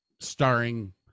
starring